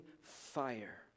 fire